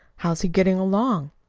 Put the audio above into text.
how is he getting along?